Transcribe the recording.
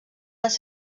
les